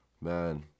Man